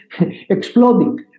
exploding